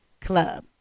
club